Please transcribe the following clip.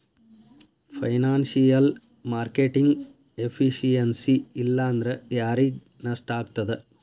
Financial marketing efficiency ಇಲ್ಲಾಂದ್ರ ಯಾರಿಗ್ ನಷ್ಟಾಗ್ತದ?